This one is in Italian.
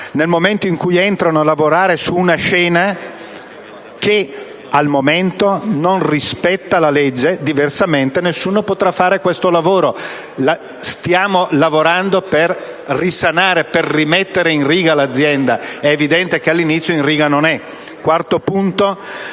nel momento in cui entrano a lavorare su una scena che, al momento, non rispetta la legge; diversamente nessuno potrà fare questo lavoro. Stiamo lavorando per risanare e rimettere in riga l'azienda; è evidente che all'inizio non lo è. Quarto punto.